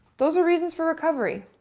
those are reasons for recovery.